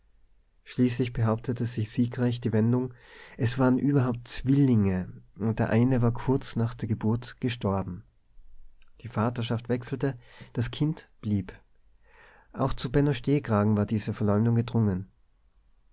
schließlich behauptete sich siegreich die wendung es waren überhaupt zwillinge und der eine war kurz nach der geburt gestorben die vaterschaft wechselte das kind blieb auch zu benno stehkragen war diese verleumdung gedrungen